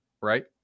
right